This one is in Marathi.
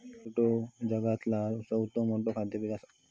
बटाटो जगातला चौथा मोठा खाद्य पीक असा